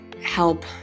help